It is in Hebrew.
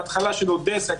בהתחלה של אודסה,